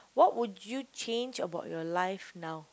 what would you change about your life now